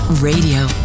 Radio